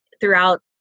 throughout